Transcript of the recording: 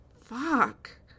Fuck